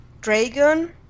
dragon